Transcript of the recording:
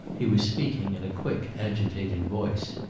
he was speaking in a quick, agitated voice.